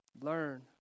learn